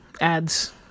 ads